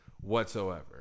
whatsoever